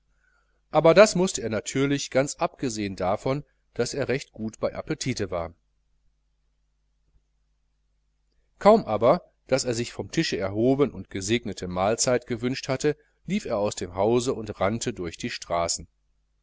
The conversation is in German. aber das mußte er natürlich ganz abgesehn davon daß er recht gut bei appetite war kaum aber daß er sich vom tische erhoben und gesegnete mahlzeit gewünscht hatte lief er aus dem hause und rannte durch die straßen